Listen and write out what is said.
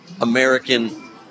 American